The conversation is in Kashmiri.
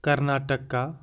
کَرناٹَکا